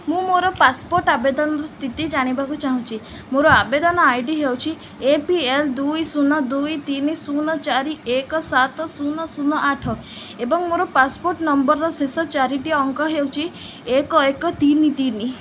ମୁଁ ମୋର ପାସପୋର୍ଟ ଆବେଦନର ସ୍ଥିତି ଜାଣିବାକୁ ଚାହୁଁଛି ମୋର ଆବେଦନ ଆଇ ଡ଼ି ହେଉଛି ଏ ପି ଏଲ୍ ଦୁଇ ଶୂନ ଦୁଇ ତିନି ଶୂନ ଚାରି ଏକ ସାତ ଶୂନ ଶୂନ ଆଠ ଏବଂ ମୋର ପାସପୋର୍ଟ ନମ୍ବରର ଶେଷ ଚାରିଟି ଅଙ୍କ ହେଉଛି ଏକ ଏକ ତିନି ତିନି